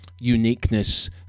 uniqueness